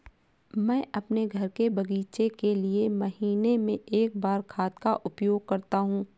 मैं अपने घर के बगीचे के लिए महीने में एक बार खाद का उपयोग करता हूँ